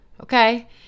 okay